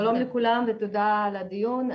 שלום לכולם ותודה על הדיון.